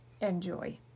enjoy